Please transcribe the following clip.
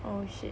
oh shit